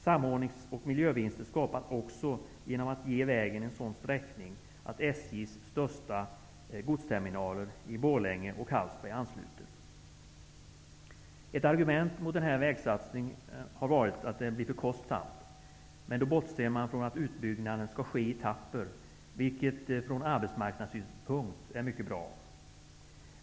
Samordningsoch miljövinster skapas också genom att ge vägen en sådan sträckning att SJ:s största godsterminaler i Borlänge och Hallsberg ansluter. Ett argument mot vägsatsningen har varit att det blir för kostsamt. Men då bortser man från att utbyggnaden skall ske i etapper, vilket från arbetsmarknadssynpunkt är mycket bra.